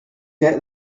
get